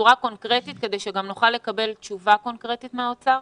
בצורה קונקרטית כדי שגם נוכל לקבל תשובה קונקרטית מהאוצר?